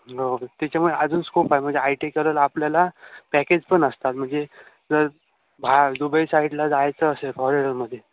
हो त्याच्यामुळे अजून स्कोप य म्हणजे आय टी करत आपल्याला पॅकेज पण असतात म्हणजे जर भा दुबई साईडला जायचं असेल फॉरेनरमध्ये